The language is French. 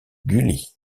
gulli